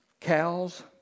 cows